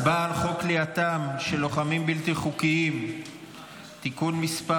הצבעה על חוק כליאתם של לוחמים בלתי חוקיים (תיקון מס'